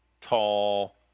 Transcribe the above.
tall